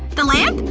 the lamp?